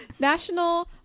National